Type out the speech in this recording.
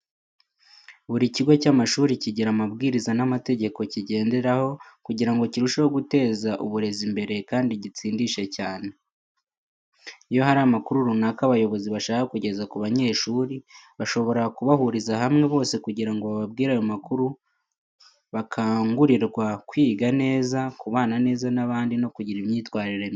Buri kigo cy'amashuri kigira amabwiriza n'amategeko kigenderaho kugira ngo kirusheho guteza uburezi imbere kandi gitsindishe cyane. Iyo hari amakuru runaka abayobozi bashaka kugeza ku banyeshuri bashobora kubahuriza hamwe bose kugira ngo bababwire ayo makuru bakangurirwa kwiga neza, kubana neza n’abandi, no kugira imyitwarire myiza.